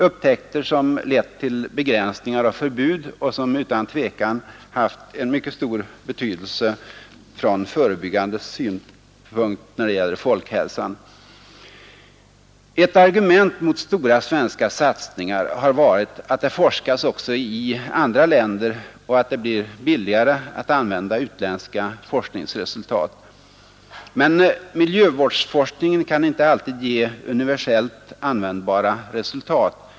— upptäckter som lett till begränsningar och förbud och som utan tvivel haft mycket stor förebyggande betydelse för folkhälsan. Ett argument mot stora svenska satsningar har varit att det forskas också i andra länder och att det blir billigare att använda utländska forskningsresultat. Men miljövårdsforskningen kan inte alltid ge universellt användbara resultat.